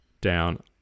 down